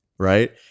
right